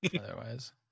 Otherwise